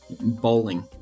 bowling